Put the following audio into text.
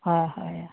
হয় হয়